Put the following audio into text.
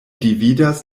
dividas